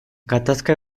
gatazka